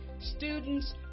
students